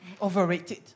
overrated